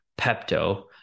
Pepto